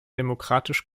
demokratisch